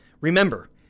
Remember